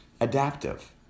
adaptive